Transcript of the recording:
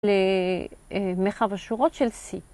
למרחב השורות של C.